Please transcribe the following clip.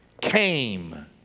came